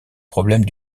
problème